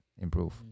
improve